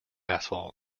asphalt